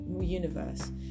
universe